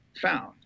found